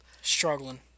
Struggling